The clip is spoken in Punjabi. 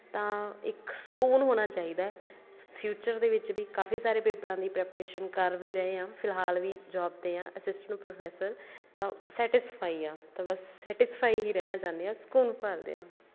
ਤਾਂ ਇੱਕ ਸਕੂਨ ਹੋਣਾ ਚਾਹੀਦਾ ਹੈ ਫਿਊਚਰ ਦੇ ਵਿੱਚ ਵੀ ਕਾਫੀ ਸਾਰੇ ਪੇਪਰਾਂ ਦੀ ਪ੍ਰੇਪਰੇਸ਼ਨ ਕਰ ਵੀ ਰਹੇ ਹਾਂ ਫਿਲਹਾਲ ਵੀ ਜੋਬ 'ਤੇ ਹਾਂ ਅਸਿਸਟੈਂਟ ਪ੍ਰੋਫੈਸਰ ਤਾਂ ਸੈਟਿਸਫਾਈ ਹਾਂ ਤਾਂ ਬਸ ਸੈਟਿਸਫਾਈ ਹੀ ਰਹਿਣਾ ਚਾਹੁੰਦੇ ਹਾਂ ਸਕੂਨ ਭਾਲਦੇ ਹਾਂ